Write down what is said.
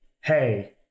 Hey